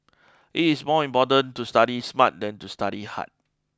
it is more important to study smart than to study hard